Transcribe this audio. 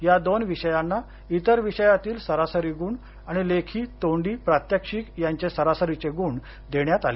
या दोन विषयांना इतर विषयातील सरासरी गुण आणि लेखी तोंडी प्रात्यक्षिक याचे सरासरीचे गुण देण्यात आले